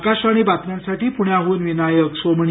आकाशवाणी बातम्यांसाठी पुण्याहन विनायक सोमणी